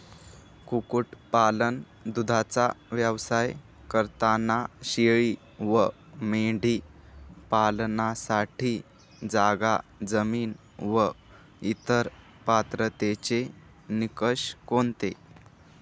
कुक्कुटपालन, दूधाचा व्यवसाय करताना शेळी व मेंढी पालनासाठी जागा, जमीन व इतर पात्रतेचे निकष कोणते?